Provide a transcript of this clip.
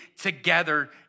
together